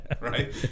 right